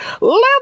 Let